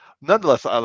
nonetheless